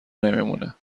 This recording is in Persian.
نمیمونه